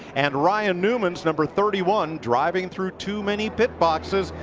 and ryan newman's number thirty one driving through too many pit boxes.